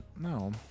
No